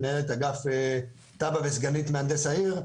מנהלת אגף תב"ע וסגנית מהנדס העיר,